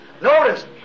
Notice